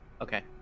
Okay